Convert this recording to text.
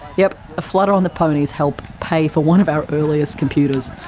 yep, a flutter on the ponies helped pay for one of our earliest computers.